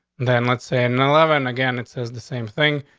then let's say in eleven again, it says the same thing.